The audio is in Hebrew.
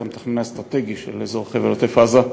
את המתכנן האסטרטגי של חבל עוטף-עזה,